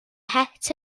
het